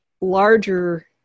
larger